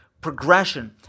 progression